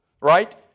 right